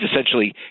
essentially